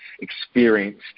experienced